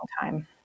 time